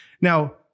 Now